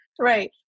Right